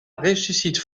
ressuscite